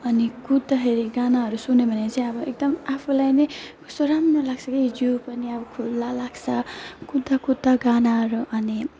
अनि कुद्दाखेरि गानाहरू सुन्यो भने चाहिँ अब एकदम आफूलाई नै कस्तो राम्रो लाग्छ कि जिउ पनि अब खुल्ला लाग्छ कुद्दा कुद्दा गानाहरू अनि